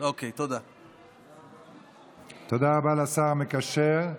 תודה רבה לשר המקשר.